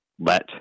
let